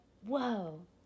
Whoa